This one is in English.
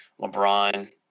LeBron